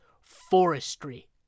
Forestry